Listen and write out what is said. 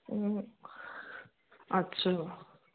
हूं अच्छा